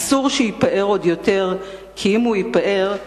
אסור שייפער עוד יותר, כי אם הוא ייפער,